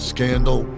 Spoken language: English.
Scandal